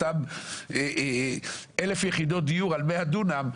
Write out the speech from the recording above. אותם אלף יחידות דיור על מאה דונם,